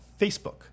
Facebook